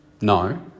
No